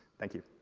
thank you.